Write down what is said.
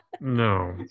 No